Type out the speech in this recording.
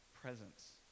presence